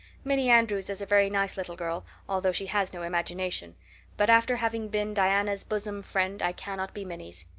minnie andrews is a very nice little girl although she has no imagination but after having been diana's busum friend i cannot be minnie's.